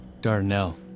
Darnell